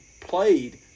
played